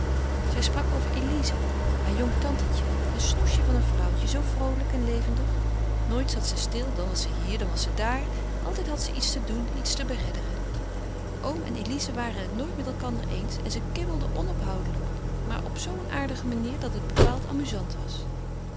zij sprak over elize haar jong tantetje een snoesje van een vrouwtje zoo vroolijk en levendig nooit zat ze stil dan was ze hier dan was ze daar altijd had ze iets te doen iets te beredderen oom en elize waren het nooit met elkander eens en ze kibbelden onophoudelijk maar op zoo een aardige manier dat het bepaald amuzant was